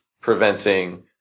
preventing